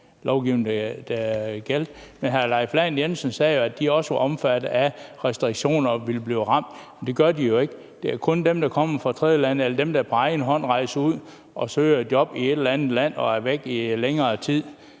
Men hr. Leif Lahn Jensen sagde jo, at de også var omfattet af restriktioner og ville blive ramt, men det gør de jo ikke. Det er jo kun dem, der kommer fra tredjelande, eller dem, der på egen hånd rejser ud og søger et job i et eller andet land og er væk længere tid